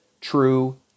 true